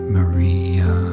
Maria